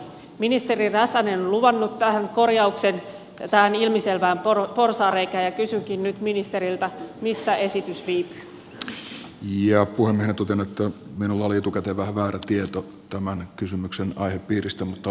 ministeri räsänen on luvannut vähän korjaukseen haetaan ilmiselvää porot porsaanreikä ei pysy korjauksen tähän ilmiselvään porsaanreikään ja kun he tuntevat toi minulle etukäteen vähän väärä tieto tämän kysynkin nyt ministeriltä